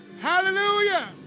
Hallelujah